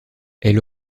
elle